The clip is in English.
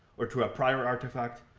or to a prior artifact,